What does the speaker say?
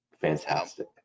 fantastic